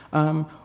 um,